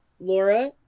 Laura